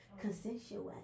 Consensual